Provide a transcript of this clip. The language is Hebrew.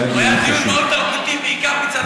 הוא היה דיון מאוד תרבותי, בעיקר מצד השמאל.